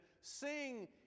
sing